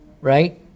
right